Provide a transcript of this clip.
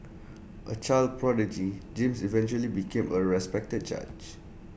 A child prodigy James eventually became A respected judge